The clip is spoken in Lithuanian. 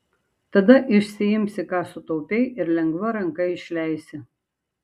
tada išsiimsi ką sutaupei ir lengva ranka išleisi